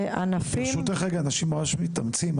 ברשותך, אנשים ממש מתאמצים.